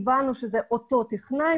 הבנו שזה אותו טכנאי,